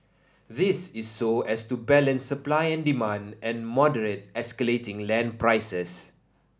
this is so as to balance supply and demand and moderate escalating land prices